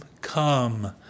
come